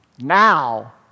now